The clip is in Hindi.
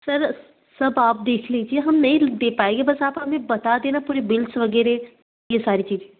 सर सब आप देख लीजिए हम नहीं दे पाएंगे बस आप हमें बता देना पूरे बिल्स वगैरह ये सारी चीज़ें